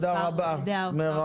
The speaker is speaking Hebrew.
היום אנחנו מספיק זמן יודעים מה קרה.